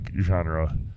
genre